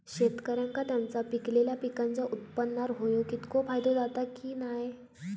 शेतकऱ्यांका त्यांचा पिकयलेल्या पीकांच्या उत्पन्नार होयो तितको फायदो जाता काय की नाय?